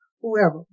whoever